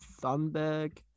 thunberg